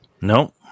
No